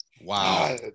Wow